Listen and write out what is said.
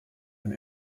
and